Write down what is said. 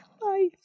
Bye